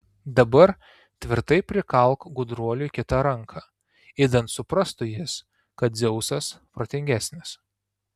dabar tvirtai prikalk gudruoliui kitą ranką idant suprastų jis kad dzeusas protingesnis